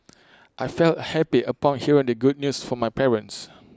I felt happy upon hearing the good news from my parents